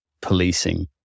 policing